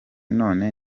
none